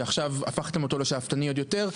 שהפכתם אותו עכשיו לשאפתני עוד יותר,